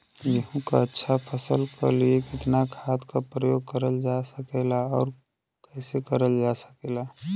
गेहूँक अच्छा फसल क लिए कितना खाद के प्रयोग करल जा सकेला और कैसे करल जा सकेला?